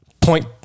Point